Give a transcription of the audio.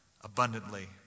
abundantly